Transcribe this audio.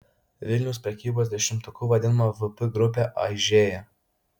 vilniaus prekybos dešimtuku vadinama vp grupė aižėja